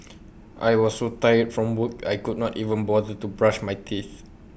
I was so tired from work I could not even bother to brush my teeth